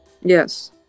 Yes